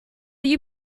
you